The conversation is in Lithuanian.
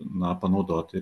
na panaudoti